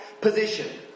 position